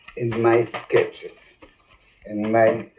in my sketches and my